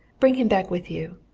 bring him back with you.